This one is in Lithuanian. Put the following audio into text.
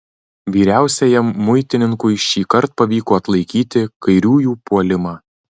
vyriausiajam muitininkui šįkart pavyko atlaikyti kairiųjų puolimą